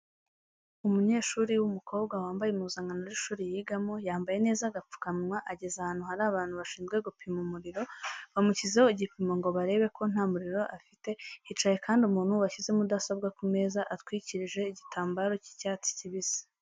Umunyeshuri w'umukobwa wambaye impuzankano y'ishuri yigamo, yambaye neza agapfukamunwa ageze ahantu hari abantu bashinzwe gupima umuriro, bamushyizeho igipimo ngo barebe ko nta muriro afite, hicaye kandi umuntu washyize mudasobwa ku meza atwikirije igitambaro cy'icyatsi kibisi.